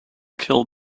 kill